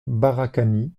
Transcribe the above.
barakani